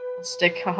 stick